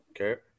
Okay